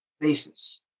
basis